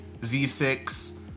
Z6